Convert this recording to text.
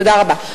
תודה רבה.